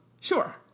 sure